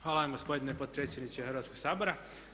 Hvala vam gospodine predsjedniče Hrvatskoga sabora.